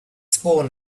spawn